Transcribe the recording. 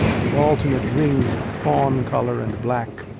with alternate rings of fawn-color and black,